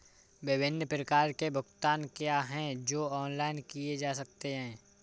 विभिन्न प्रकार के भुगतान क्या हैं जो ऑनलाइन किए जा सकते हैं?